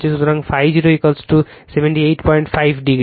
সুতরাং ∅ 0 785 ডিগ্রি